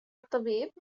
الطبيب